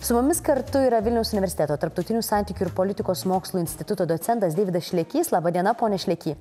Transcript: su mumis kartu yra vilniaus universiteto tarptautinių santykių ir politikos mokslų instituto docentas deividas šlekys laba diena pone šleky